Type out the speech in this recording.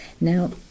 Now